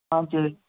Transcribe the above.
हजुर